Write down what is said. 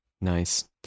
Nice